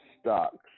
stocks